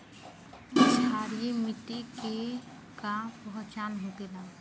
क्षारीय मिट्टी के का पहचान होखेला?